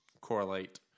correlate